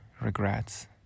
regrets